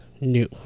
new